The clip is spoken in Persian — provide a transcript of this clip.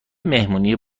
مهمونی